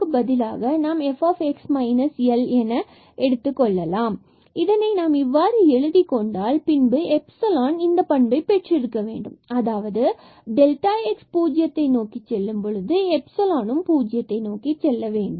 எனவே க்கு பதிலாக fx Lஎன இதனை நாம் இங்கு இவ்வாறு எழுதி கொண்டால் பின்பு இந்தக் எப்ஸிலான் இந்தப் பண்பை பெற்றிருக்க வேண்டும் அதாவது டெல்டா x பூஜ்ஜியத்தை நோக்கிச் செல்லும் பொழுது எப்செலான் பூஜ்ஜியத்தை நோக்கி செல்ல வேண்டும்